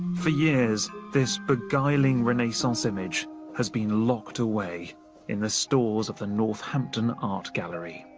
for years, this beguiling renaissance image has been locked away in the stores of the northampton art gallery